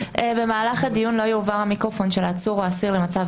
במהלך הדיון לא יועבר המיקרופון של העצור או האסיר למצב